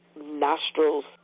nostrils